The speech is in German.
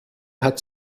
hat